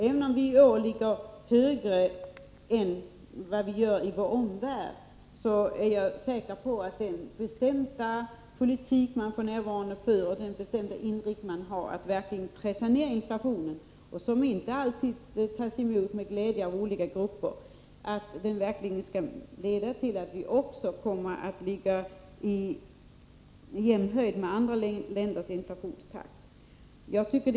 Även om vi iår ligger högre än i vår omvärld, är jag säker på att den bestämda politik som f.n. förs och inriktningen på att verkligen pressa ned inflationen — något som inte alltid tas emot med glädje av olika grupper — skall leda till att vi kommer att ligga i jämnhöjd med andra länder i fråga om inflationstakten.